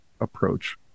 approach